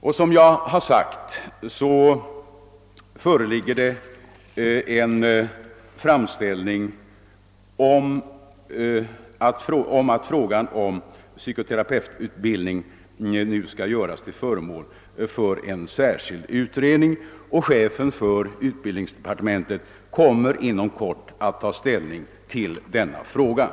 Såsom jag framhållit föreligger det en framställning om att frågan om psykoterapeututbildningen skall göras till föremål för en utredning. Chefen för utbildningsdepartementet kommer inom kort att ta ställning till denna sak.